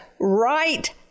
right